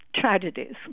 Tragedies